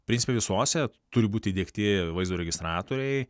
principe visose turi būti įdiegti vaizdo registratoriai